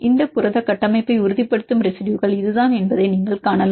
இந்த புரத கட்டமைப்பை உறுதிப்படுத்தும் ரெசிடுயுகள் இதுதான் என்பதை நீங்கள் காணலாம்